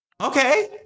Okay